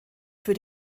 für